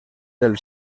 del